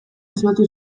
asmatu